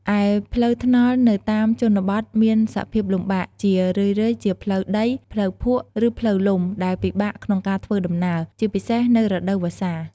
ឯផ្លូវថ្នល់នៅតាមជនបទមានសភាពលំបាក ជារឿយៗជាផ្លូវដី ផ្លូវភក់ ឬផ្លូវលំដែលពិបាកក្នុងការធ្វើដំណើរ ជាពិសេសនៅរដូវវស្សា។